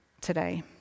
today